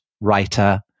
writer